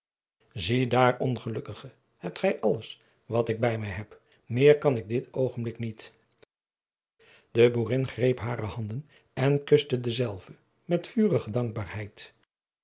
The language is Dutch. ziedaar ongelukkige hebt gij alles wat ik bij mij heb meer kan ik dit oogenblik niet de boerin greep hare handen en kuste dezelve met vurige dankbaarheid